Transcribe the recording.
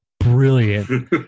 brilliant